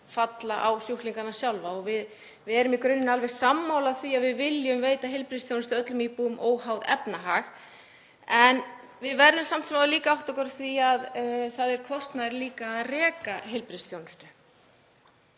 falla á sjúklingana sjálfa. Við erum í grunninn alveg sammála því að við viljum veita heilbrigðisþjónustu öllum íbúum óháð efnahag. En við verðum líka að átta okkur á því að það er líka kostnaður við að reka heilbrigðisþjónustu.